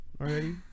already